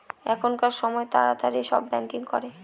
এখনকার সময় তাড়াতাড়ি সব ব্যাঙ্কিং করে